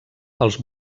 els